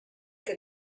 que